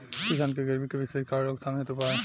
किसान के गरीबी के विशेष कारण रोकथाम हेतु उपाय?